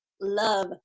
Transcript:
love